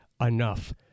enough